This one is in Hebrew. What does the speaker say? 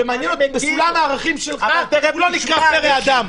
ומעניין אותי בסולם הערכים שלך אם הוא לא נקרא פרא אדם.